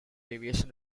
aviation